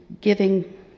giving